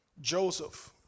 Joseph